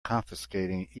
confiscating